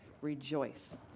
Rejoice